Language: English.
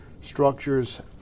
structures